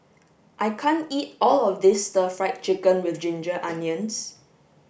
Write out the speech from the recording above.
I can't eat all of this stir fried chicken with ginger onions